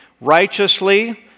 righteously